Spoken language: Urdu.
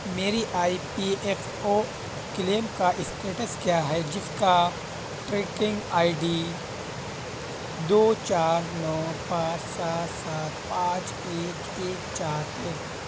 میری I P F O claim کا اسٹیٹس کیا ہے جس کا ٹریکنگ آئی ڈی دو چار نو پانچ سات سات پانچ ایک ایک چار ہے